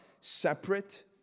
separate